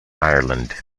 ireland